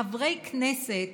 חברי כנסת